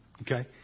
Okay